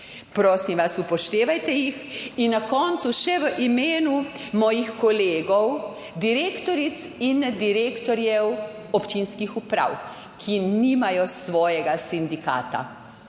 Prosim vas, upoštevajte jih. In na koncu še v imenu mojih kolegov, direktoric in direktorjev občinskih uprav, ki nimajo svojega sindikata.